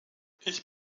ich